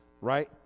right